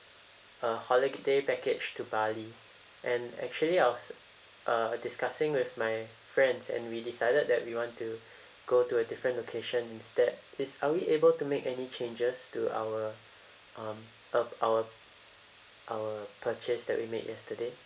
a holiday package to bali and actually I was uh discussing with my friends and we decided that we want to go to a different location instead is are we able to make any changes to our um uh our our purchase that we made yesterday